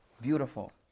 Beautiful